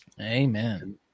Amen